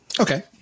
Okay